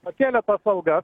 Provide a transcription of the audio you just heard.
pakėlė tas algas